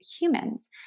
humans